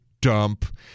dump